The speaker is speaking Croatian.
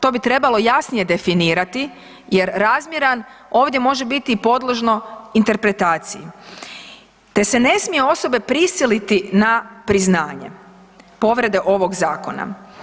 To bi trebalo jasnije definirati jer razmjeran ovdje može biti i podložno interpretaciji, te se ne smije osobe prisiliti na priznanje povrede ovog zakona.